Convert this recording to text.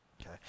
okay